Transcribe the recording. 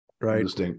right